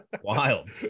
Wild